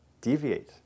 deviate